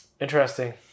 Interesting